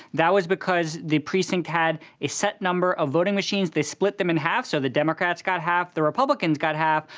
that was because the precinct had a set number of voting machines. they split them in half, so the democrats got half, the republicans got half.